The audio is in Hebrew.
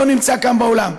לא נמצא כאן באולם,